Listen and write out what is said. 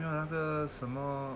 没有那个什么